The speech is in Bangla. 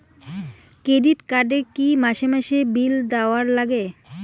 ক্রেডিট কার্ড এ কি মাসে মাসে বিল দেওয়ার লাগে?